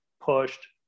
pushed